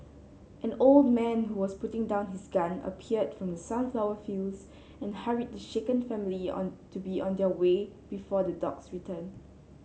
an old man who was putting down his gun appeared from the sunflower fields and hurried the shaken family on to be on their way before the dogs return